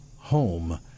home